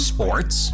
Sports